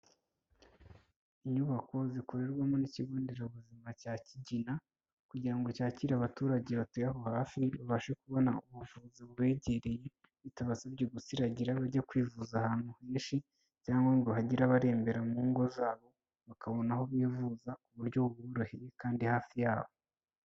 Inyubako zikorerwamo n'ikigo nderabuzima cya Kigina kugira ngo cyakire abaturage batuye aho hafi, babashe kubona ubuvuzi bubegereye bitabasabye gusiragira bajya kwivuza ahantu henshi cyangwa ngo hagire abarembera mu ngo zabo, bakabona aho bivuza ku buryo buboroheye kandi hafi yabo.